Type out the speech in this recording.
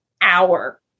hour